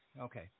okay